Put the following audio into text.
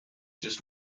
just